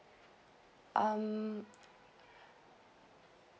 um